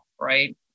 right